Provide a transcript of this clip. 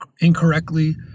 incorrectly